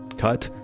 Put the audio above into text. cut,